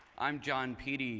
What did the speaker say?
i'm jon peede,